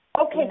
Okay